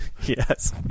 Yes